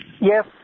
Yes